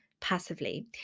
passively